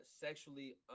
sexually